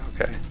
okay